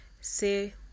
say